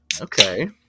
Okay